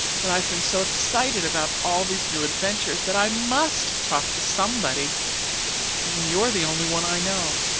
but i've been so excited about all these new adventures that i must talk to somebody and you're the only one i know.